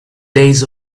days